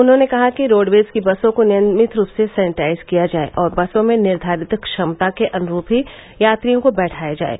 उन्होंने कहा कि रोडपेज की बसों को नियमित रूप से सेनिटाइज किया जाये और बसों में निर्घारित क्षमता के अनुरूप ही यात्रियों को बैठाया जाये